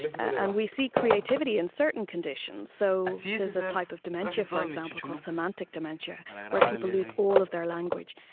and we see creativity in certain conditions. so there's a type of dementia, for example, called semantic dementia where people lose all of their language.